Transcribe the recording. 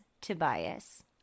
Tobias